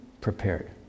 prepared